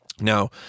now